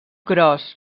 gros